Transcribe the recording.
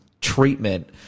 treatment